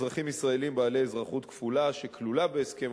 אזרחים ישראלים בעלי אזרחות כפולה שכלולה בהסכם